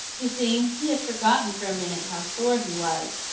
you see, he had forgotten for a minute how sore he was.